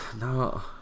no